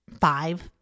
five